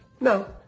No